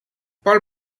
paul